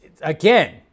Again